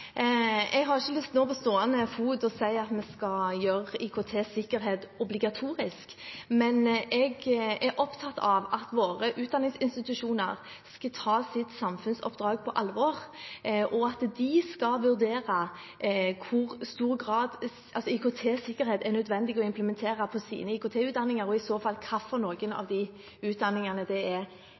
Jeg har ikke lyst til på stående fot si at vi skal gjøre IKT-sikkerhet obligatorisk, men jeg er opptatt av at våre utdanningsinstitusjoner skal ta sitt samfunnsoppdrag på alvor, og at de skal vurdere i hvor stor grad det er nødvendig å implementere IKT-sikkerhet i sine IKT-utdanninger, og i så fall hvilke av utdanningene det er naturlig å implementere det i. Jeg er